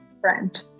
friend